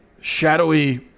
shadowy